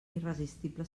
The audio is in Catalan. irresistible